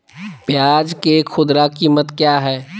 प्याज के खुदरा कीमत क्या है?